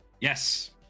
yes